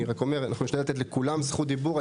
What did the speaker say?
אני רק אומר, אנחנו נשתדל לתת לכולם זכות דיבור.